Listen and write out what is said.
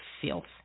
filth